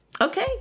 Okay